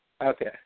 Okay